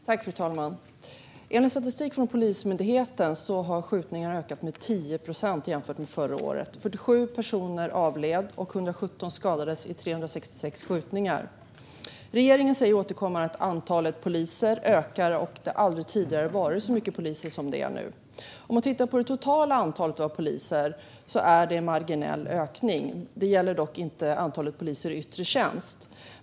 Fru talman! Enligt statistik från Polismyndigheten har skjutningarna ökat med 10 procent jämfört med förra året. Det var 47 personer som avled och 117 som skadades i 366 skjutningar. Regeringen säger återkommande att antalet poliser ökar och att det aldrig tidigare funnits så många poliser som det finns nu. Sett till det totala antalet poliser är ökningen marginell; detta gäller dock inte antalet poliser i yttre tjänst.